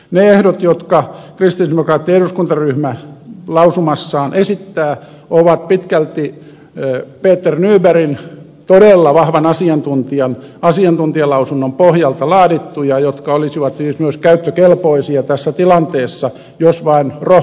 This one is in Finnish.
ne ehdot jotka kristillisdemokraattinen eduskuntaryhmä lausumassaan esittää ovat pitkälti peter nybergin todella vahvan asiantuntijan asiantuntijalausunnon pohjalta laadittuja jotka olisivat siis myös käyttökelpoisia tässä tilanteessa jos vain rohkeutta on